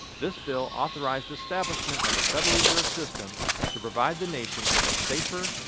this bill authorized establishment of the federal reserve system to provide the nation with a safer,